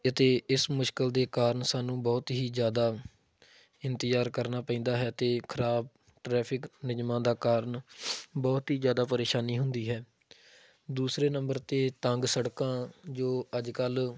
ਅਤੇ ਇਸ ਮੁਸ਼ਕਿਲ ਦੇ ਕਾਰਨ ਸਾਨੂੰ ਬਹੁਤ ਹੀ ਜ਼ਿਆਦਾ ਇੰਤਜ਼ਾਰ ਕਰਨਾ ਪੈਂਦਾ ਹੈ ਅਤੇ ਖ਼ਰਾਬ ਟ੍ਰੈਫਿਕ ਨਿਯਮਾਂ ਦਾ ਕਾਰਨ ਬਹੁਤ ਹੀ ਜ਼ਿਆਦਾ ਪ੍ਰੇਸ਼ਾਨੀ ਹੁੰਦੀ ਹੈ ਦੂਸਰੇ ਨੰਬਰ 'ਤੇ ਤੰਗ ਸੜਕਾਂ ਜੋ ਅੱਜ ਕੱਲ੍ਹ